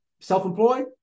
self-employed